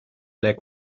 leg